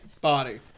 body